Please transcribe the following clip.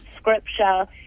scripture